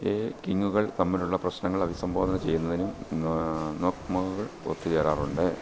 A കിംഗുകള് തമ്മിലുള്ള പ്രശ്നങ്ങൾ അഭിസംബോധന ചെയ്യുന്നതിനും നോക്മകൾ ഒത്തു ചേരാറുണ്ട്